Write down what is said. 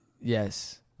Yes